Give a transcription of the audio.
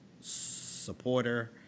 supporter